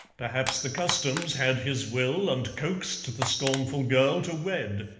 perhaps the customs had his will, and coaxed the scornful girl to wed,